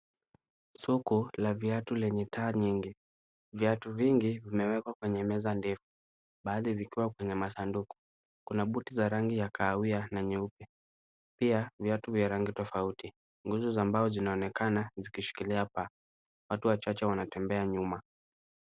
Soko la viatu lenye taa nyingi. Viatu vingi vimewekwa kwenye meza ndefu, baadhi vikiwa kwenye masanduku. Kuna buti za rangi ya kahawia na nyeupe pia viatu vya rangi tofauti. Nguzo za mbao zinaonekana zikishikilia paa, watu wachache wanatembea nyuma.